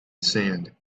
sand